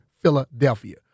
Philadelphia